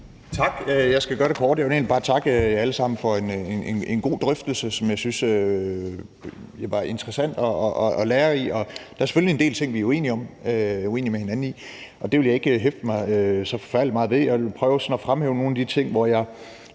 Tak. Jeg skal gøre det kort. Jeg vil egentlig bare takke jer alle sammen for en god drøftelse, som jeg synes var interessant og lærerig. Der er selvfølgelig en del ting, vi er uenige med hinanden om; det vil jeg ikke hæfte mig så forfærdelig meget ved. Jeg vil prøve sådan at fremhæve sådan nogle af de ting, hvor jeg